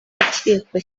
rukiko